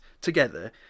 together